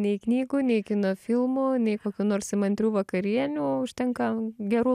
nei knygų nei kino filmų nei kokių nors įmantrių vakarienių užtenka gerų